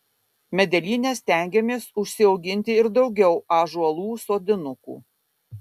medelyne stengiamės užsiauginti ir daugiau ąžuolų sodinukų